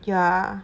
ya